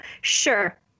Sure